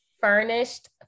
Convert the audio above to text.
Furnished